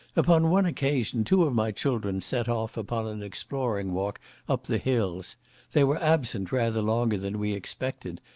upon one occasion two of my children set off upon an exploring walk up the hills they were absent rather longer than we expected,